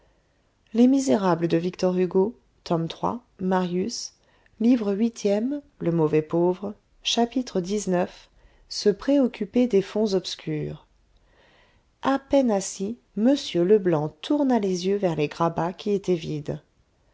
chapitre xix se préoccuper des fonds obscurs à peine assis m leblanc tourna les yeux vers les grabats qui étaient vides